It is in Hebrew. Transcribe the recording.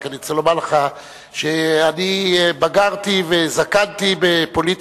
רק אני רוצה לומר לך שאני בגרתי וזקנתי בפוליטיקה,